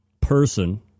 person